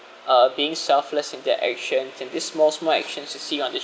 uh being selfless in their action and this small small actions you see on the